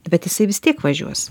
bet jisai vis tiek važiuos